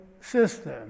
system